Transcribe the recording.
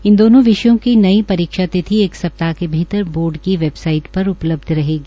इन दोनों विषयों की नई परीक्षा तिथि एक स्प्ताह के भीतर बोर्ड की वेबसाइट पर उपलब्ध रहेगी